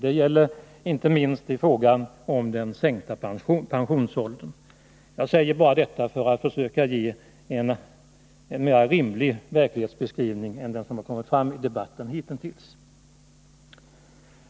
Det gäller inte minst i fråga om sänkningen av pensionsåldern. Jag säger detta bara för att försöka ge en mera rimlig verklighetsbeskrivning än den som kommit fram i debatten hittills.